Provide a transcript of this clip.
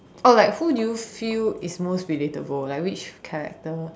or like who do you feel is most relatable like which character